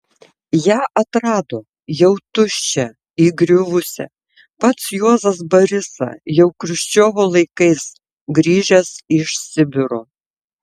ją atrado jau tuščią įgriuvusią pats juozas barisa jau chruščiovo laikais grįžęs iš sibiro